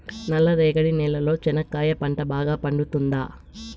నల్ల రేగడి నేలలో చెనక్కాయ పంట బాగా పండుతుందా?